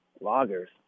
loggers